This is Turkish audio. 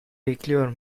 bekliyor